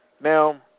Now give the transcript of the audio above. Now